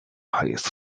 highest